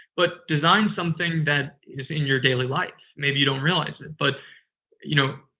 but design something that is in your daily life. maybe you don't realize it. but you know,